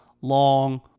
long